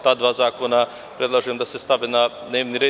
Ta dva zakona predlažem da se stave na dnevni red.